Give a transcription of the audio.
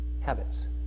habits